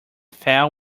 fail